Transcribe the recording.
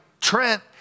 Trent